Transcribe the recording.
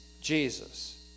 Jesus